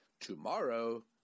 Tomorrow